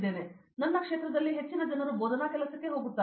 ಆದ್ದರಿಂದ ನನ್ನ ಕ್ಷೇತ್ರದಲ್ಲಿ ಹೆಚ್ಚಿನ ಜನರು ಬೋಧನಾ ಕೆಲಸಕ್ಕೆ ಹೋಗುತ್ತಿದ್ದಾರೆ